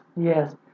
yes